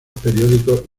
periódicos